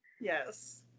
Yes